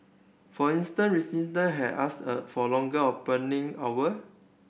for instance resident had asked a for longer opening hour